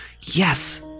yes